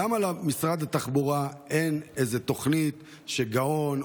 למה למשרד התחבורה אין איזו תוכנית כשגאון,